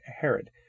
Herod